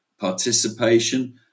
participation